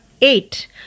eight